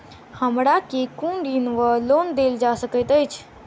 हमरा केँ कुन ऋण वा लोन देल जा सकैत अछि?